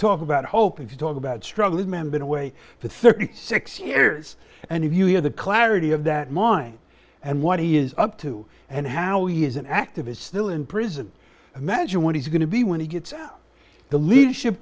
talk about hoping to talk about struggling man been away for thirty six years and if you hear the clarity of that mind and what he is up to and how he is an activist still in prison imagine what he's going to be when he gets out the leadership